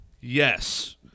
Yes